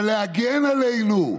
אבל להגן עלינו,